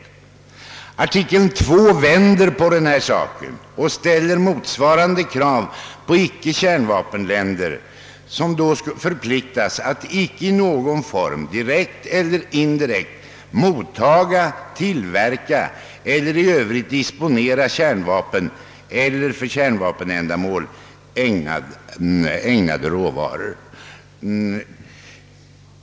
I artikel 2 vänder man på denna sak och ställer motsvarande krav på icke kärnvapenländer som då förpliktas att icke i någon form direkt eller indirekt motta, tillverka eller i övrigt disponera kärnvapen eller för kärnvapenändamål ägnade råvaror.